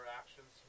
actions